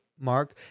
mark